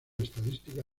estadística